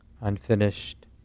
unfinished